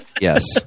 Yes